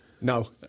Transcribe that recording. No